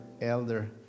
elder